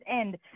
end